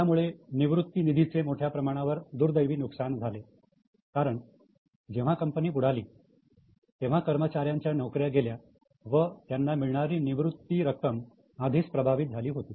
त्यामुळे निवृत्ती निधीचे मोठ्या प्रमाणावर दुर्दैवी नुकसान झाले कारण जेव्हा कंपनी बुडाली तेव्हा कर्मचाऱ्यांच्या नोकऱ्या गेल्या व त्यांना मिळणारी निवृत्ती रक्कम आधीच प्रभावित झाले होते